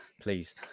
Please